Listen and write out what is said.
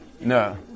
No